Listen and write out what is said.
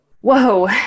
whoa